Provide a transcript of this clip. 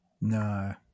No